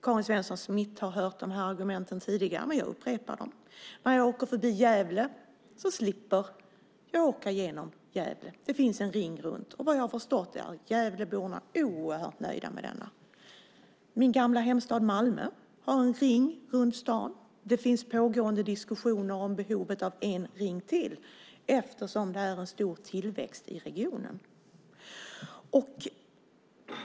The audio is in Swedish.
Karin Svensson Smith har hört dessa argument tidigare, men jag upprepar dem ändå. När jag åker förbi Gävle slipper jag åka genom staden. Det finns en ringled runt staden. Vad jag förstått är gävleborna oerhört nöjda med den. Min gamla hemstad Malmö har en ringled runt staden. Nu pågår diskussioner om behovet av ytterligare en ringled eftersom tillväxten i regionen är stor.